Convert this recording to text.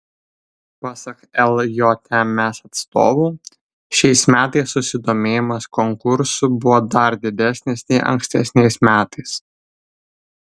pasak ljms atstovų šiais metais susidomėjimas konkursu buvo dar didesnis nei ankstesniais metais